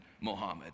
Mohammed